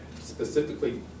specifically